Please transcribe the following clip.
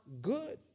good